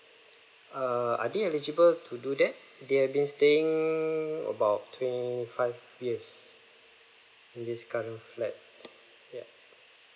err are they eligible to do that they're been staying about twenty five years in this current flat yup